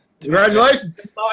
Congratulations